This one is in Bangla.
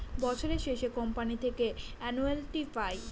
বছরের শেষে কোম্পানি থেকে অ্যানুইটি পায়